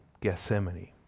Gethsemane